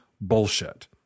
bullshit